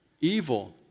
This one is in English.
evil